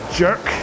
jerk